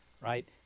right